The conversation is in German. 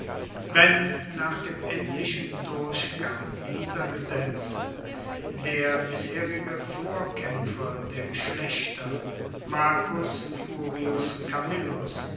wenn nach dem endlichen durchgang dieser gesetze der bisherige vorkaempfer der geschlechter marcus furius camillus